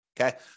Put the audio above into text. Okay